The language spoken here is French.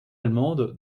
allemande